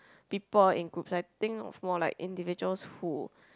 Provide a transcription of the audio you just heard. people in groups I think of more like individuals who